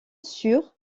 sur